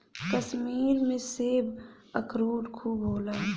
कश्मीर में सेब, अखरोट खूब होला